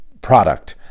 product